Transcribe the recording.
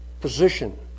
position